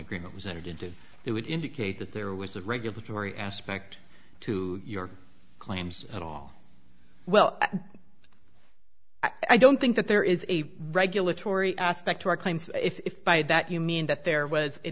agreement was entered into it would indicate that there was a regulatory aspect to your claims at all well i don't think that there is a regulatory aspect to our claims if by that you mean that there was it